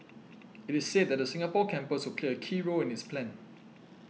it is said that the Singapore campus will play a key role in its plan